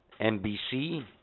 NBC